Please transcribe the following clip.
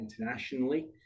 internationally